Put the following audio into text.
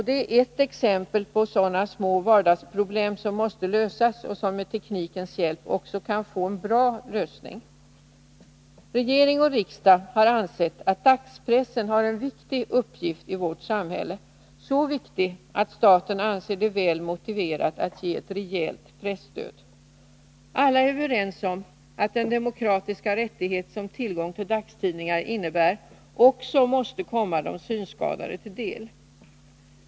Det är ett exempel på sådana små vardagsproblem som måste lösas och som med teknikens hjälp också kan få en bra lösning. Regering och riksdag har ansett att dagspressen har en viktig uppgift i vårt samhälle, så viktig att staten anser det väl motiverat att ge ett rejält presstöd. Alla är vi överens om att den demokratiska rättighet som tillgång till dagstidningar innebär också måste komma de synskadade till del.